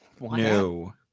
No